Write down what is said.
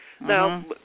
Now